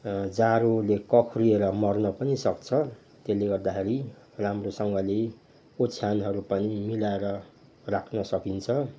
जाडोले कक्रिएर मर्न पनि सक्छ त्यसले गर्दाखेरि राम्रोसँगले ओछ्यानहरू पनि मिलाएर राख्न सकिन्छ